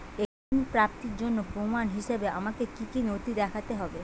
একটি ঋণ প্রাপ্তির জন্য প্রমাণ হিসাবে আমাকে কী কী নথি দেখাতে হবে?